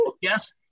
Yes